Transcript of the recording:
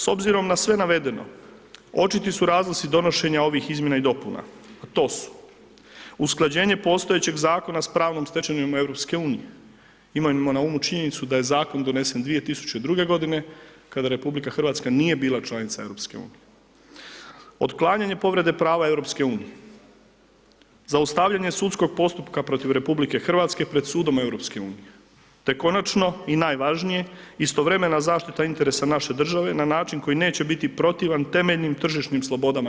S obzirom na sve navedeno očiti su razlozi donošenja ovih izmjena i dopuna, a to su, usklađenje postojećeg zakona s pravnom stečevinom EU, imajmo na umu činjenicu da je zakon donesen 2002. godine kada RH nije bila članica EU, otklanjanje povrede prava EU, zaustavljanje sudskog postupka protiv RH pred Sudom EU te konačno i najvažnije istovremena zaštita interesa naše države na način koji neće biti protivan temeljnim tržišnim slobodama EU.